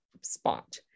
spot